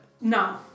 No